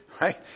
right